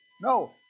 No